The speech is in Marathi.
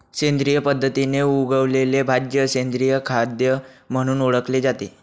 सेंद्रिय पद्धतीने उगवलेल्या भाज्या सेंद्रिय खाद्य म्हणून ओळखले जाते